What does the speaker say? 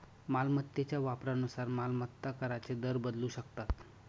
मालमत्तेच्या वापरानुसार मालमत्ता कराचे दर बदलू शकतात